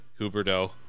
Huberto